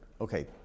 Okay